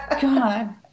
god